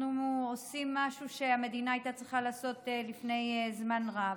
אנחנו עושים משהו שהמדינה הייתה צריכה לעשות לפני זמן רב.